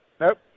Nope